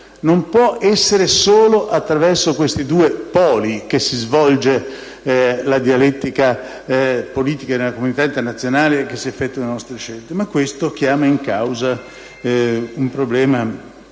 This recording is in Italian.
Non può essere che solo attraverso questi due poli si svolga la dialettica politica nella comunità internazionale dove si effettuano le nostre scelte. Ma questo chiama in causa un problema